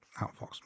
outfoxed